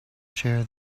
chair